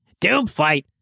Doomflight